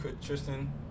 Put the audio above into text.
tristan